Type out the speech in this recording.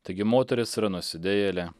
taigi moteris ir nusidėjėlė